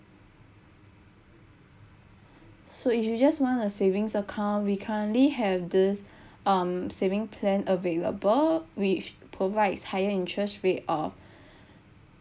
so if you just want a savings account we currently have this um saving plan available which provides higher interest rate of